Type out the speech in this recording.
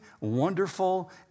wonderful